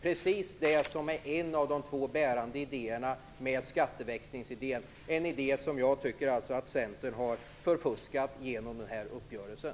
Precis det är en av de två bärande idéerna med skatteväxlingen - en idé som jag alltså tycker att Centern har förfuskat genom den här uppgörelsen.